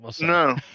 No